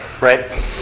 right